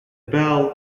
bell